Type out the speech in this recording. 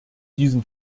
diesem